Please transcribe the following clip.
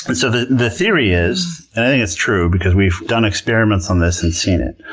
and so the the theory is, and i think it's true because we've done experiments on this and seen it,